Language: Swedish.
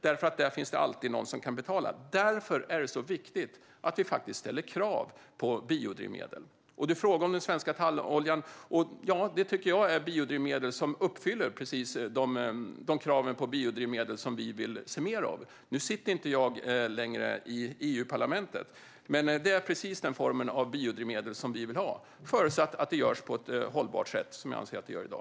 Där finns det ju alltid någon som kan betala. Därför är det så viktigt att vi ställer krav på biodrivmedel. Rickard Nordin frågar om den svenska talloljan. Jag tycker att den är ett biodrivmedel som uppfyller precis de krav på biodrivmedel som vi vill se mer av. Nu sitter inte jag längre i EU-parlamentet, men detta är precis den form av biodrivmedel som vi vill ha förutsatt att de framställs på ett hållbart sätt, vilket jag anser görs i dag.